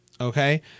Okay